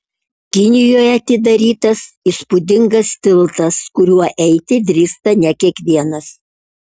kinijoje atidarytas įspūdingas tiltas kuriuo eiti drįsta ne kiekvienas